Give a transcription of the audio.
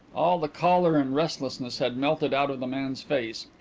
all the choler and restlessness had melted out of the man's face.